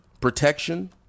protection